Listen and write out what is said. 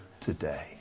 today